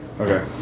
Okay